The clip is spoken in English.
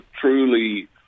truly